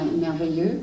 merveilleux